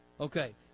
Okay